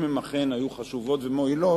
אם הן אכן היו חשובות ומועילות,